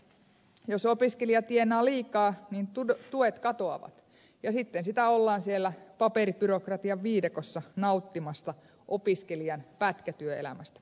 jos opiskelija tienaa liikaa niin tuet katoavat ja sitten sitä ollaan siellä paperibyrokratian viidakossa nauttimassa opiskelijan pätkätyöelämästä